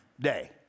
day